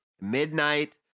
Midnight